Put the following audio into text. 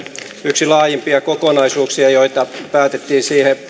yksi laajimpia kokonaisuuksia joita päätettiin siihen